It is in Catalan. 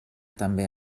també